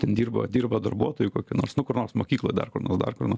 ten dirbo dirba darbuotoju kokiu nors nu kurs nors mokykloj dar kur nors dar kur nors